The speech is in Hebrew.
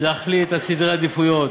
להחליט על סדרי עדיפויות,